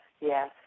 yes